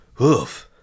Oof